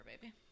baby